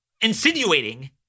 insinuating